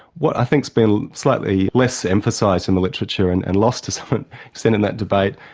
what i think's been slightly less emphasised in the literature and and lost to some extent in that debate,